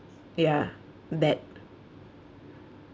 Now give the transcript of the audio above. ya that